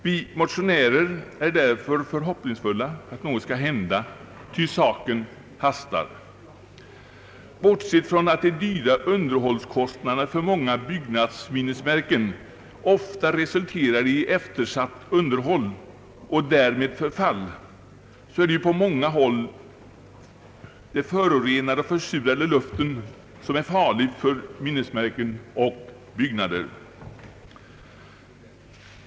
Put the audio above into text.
Vi motionärer är därför förhoppningsfulla att något skall hända, ty saken hastar. Bortsett från att de höga underhållskostnaderna för många byggnadsminnesmärken ofta resulterar i eftersatt underhåll och därmed förfall är ju den på många håll förorenade och försurade luften farlig för minnesmärken och byggnader.